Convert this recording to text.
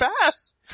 fast